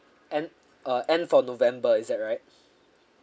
N uh N for november is that right